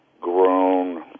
grown